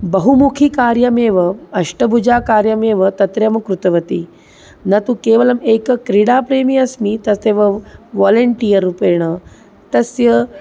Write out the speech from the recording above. बहुमुखिकार्यमेव अष्टभुजकार्यमेव तत्र कृतवती न तु केवलम् एकः क्रीडाप्रेमी अस्मि तथैव वालेण्टियर् रूपेण तस्य